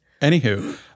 Anywho